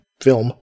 film